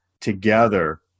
together